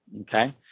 Okay